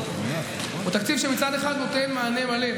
הוא תקציב שמצד אחד נותן מענה מלא,